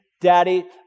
Daddy